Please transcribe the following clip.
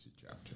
chapter